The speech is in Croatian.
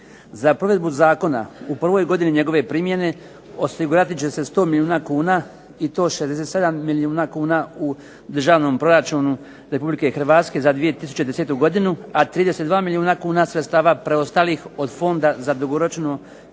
Za provedbu zakona u prvoj godini njegove primjene osigurati će se sto milijuna kuna i to 67 milijuna kuna u Državnom proračunu Republike Hrvatske za 2010. godinu, a 32 milijuna kuna sredstava preostalih od Fonda za dugoročno